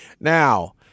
Now